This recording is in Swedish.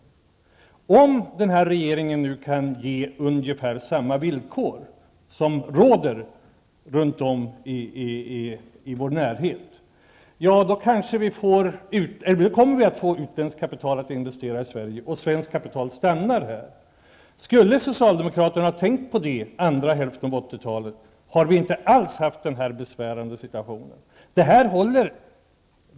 Om den här regeringen kan erbjuda ungefär samma villkor som dem som råder runt om i vår närhet, kommer vi att få utländskt investeringskapital i Sverige. Och svenskt kapital stannar här. Hade socialdemokraterna tänkt på detta under andra hälften av 80-talet, hade vi inte alls haft den här besvärliga situationen.